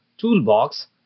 toolbox